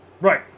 Right